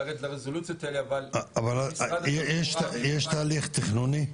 לרדת לרזולוציות האלה --- אבל יש תהליך תכנוני?